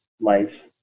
life